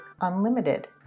Unlimited